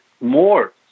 more